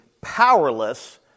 powerless